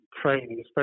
training